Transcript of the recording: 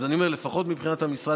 אז אני אומר שלפחות מבחינת המשרד,